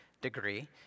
degree